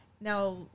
Now